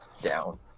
down